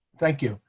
thank you.